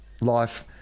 life